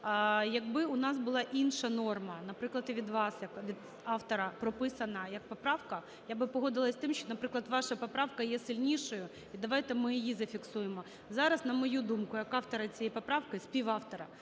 Якби у нас була інша норма, наприклад, від вас як від автора прописана як поправка, я би погодилась з тим, що, наприклад, ваша поправка є сильнішою, і давайте ми її зафіксуємо. Зараз, на мою думку, як автора цієї поправки, співавтора